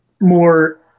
more